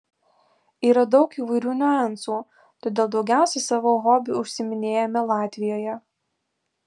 yra daug įvairių niuansų todėl daugiausiai savo hobiu užsiiminėjame latvijoje